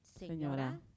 señora